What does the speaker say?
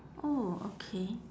oh okay